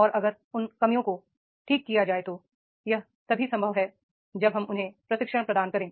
और अगर इन कमियों को ठीक किया जाए तो यह तभी संभव है जब हम उन्हें प्रशिक्षण प्रदान करें